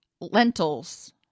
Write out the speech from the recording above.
lentils